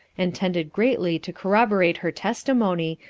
and tended greatly to corroborate her testimony,